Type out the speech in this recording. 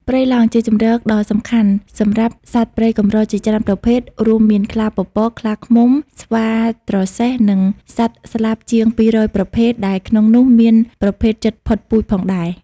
ព្រៃឡង់ជាជម្រកដ៏សំខាន់សម្រាប់សត្វព្រៃកម្រជាច្រើនប្រភេទ រួមមានខ្លាពពក ខ្លាឃ្មុំ ស្វាត្រសេះ និងសត្វស្លាបជាង ២០០ ប្រភេទ ដែលក្នុងនោះមានប្រភេទជិតផុតពូជផងដែរ។